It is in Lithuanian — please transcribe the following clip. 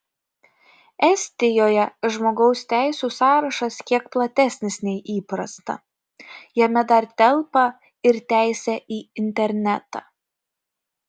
estijoje žmogaus teisių sąrašas kiek platesnis nei įprasta jame dar telpa ir teisė į internetą